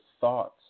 thoughts